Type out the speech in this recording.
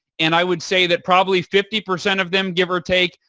and i would say that probably fifty percent of them, give or take,